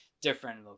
different